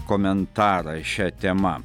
komentarą šia tema